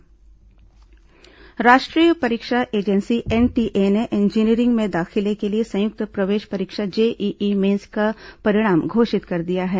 JEE mains परिणाम राष्ट्रीय परीक्षा एजेंसी एनटीए ने इंजीनियरिंग में दाखिले के लिए संयुक्त प्रवेश परीक्षा जेईई मेन्स का परिणाम घोषित कर दिया है